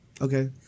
Okay